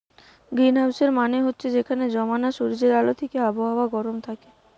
গ্রীনহাউসের মানে হচ্ছে যেখানে জমানা সূর্যের আলো থিকে আবহাওয়া গরম থাকে